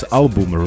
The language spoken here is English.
album